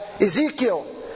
Ezekiel